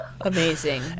Amazing